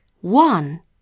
one